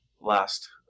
last